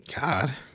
god